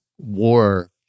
war